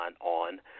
on